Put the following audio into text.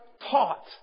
taught